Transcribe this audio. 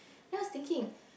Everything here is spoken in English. then I was thinking